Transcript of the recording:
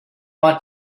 want